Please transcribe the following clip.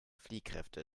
fliehkräfte